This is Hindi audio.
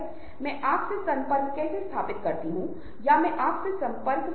इसलिए साझा करना जीवित रहने का सबसे सुरक्षित तरीका था इसलिए सहयोग बहुत महत्वपूर्ण था